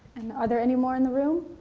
and are there any more in the room?